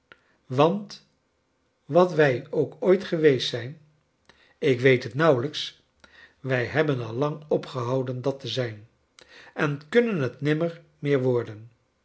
want wat wij ook ooit geweest zijn ik weet het nauwelijks wij hebben al lang opgehouden dat te zijn en kunnen het nimmer meer worden